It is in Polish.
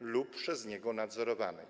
lub przez niego nadzorowanej.